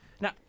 now